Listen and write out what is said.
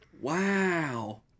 wow